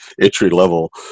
entry-level